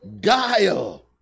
guile